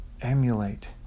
emulate